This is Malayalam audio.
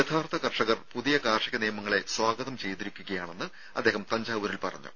യഥാർത്ഥ കർഷകർ പുതിയ കാർഷിക നിയമങ്ങളെ സ്വാഗതം ചെയ്തിരിക്കുകയാണെന്ന് അദ്ദേഹം തഞ്ചാവൂരിൽ പറഞ്ഞു